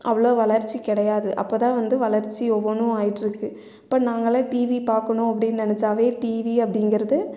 அவ்ளோ வளர்ச்சி கிடையாது அப்போ தான் வந்து வளர்ச்சி ஒவ்வொன்றும் ஆயிட்ருக்கு இப்போ நாங்கலாம் டிவி பார்க்கணும் அப்படின் நினைச்சாவே டிவி அப்படிங்கிறது